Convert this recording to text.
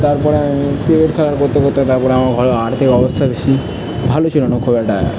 তার পরে আমি ক্রিকেট খেলা করতে করতে তার পরে আমার ঘরের আর্থিক অবস্থা বেশি ভালো ছিল না খুব একটা